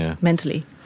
mentally